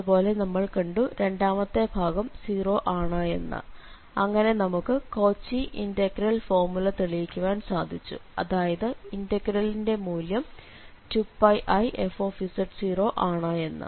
അതുപോലെ നമ്മൾ കണ്ടു രണ്ടാമത്തെ ഭാഗം 0 ആണ് എന്ന് അങ്ങനെ നമുക്ക് കോച്ചി ഇന്റഗ്രൽ ഫോർമുല തെളിയിക്കുവാൻ സാധിച്ചു അതായത് ഇന്റഗ്രലിന്റെ മൂല്യം 2πif ആണ് എന്ന്